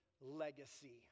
legacy